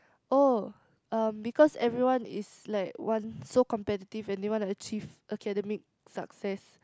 oh um because everyone is like want so competitive and they want to achieve academic success